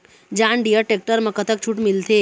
John Deere tractor म कतक छूट मिलथे?